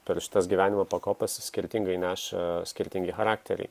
per šitas gyvenimo pakopas skirtingai neša skirtingi charakteriai